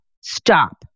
stop